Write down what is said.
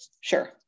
sure